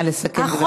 נא לסכם, גברתי.